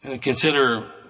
Consider